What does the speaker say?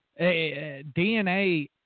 DNA